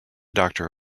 doctor